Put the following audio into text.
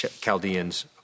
Chaldeans